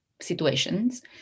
situations